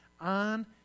on